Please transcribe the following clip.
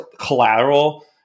collateral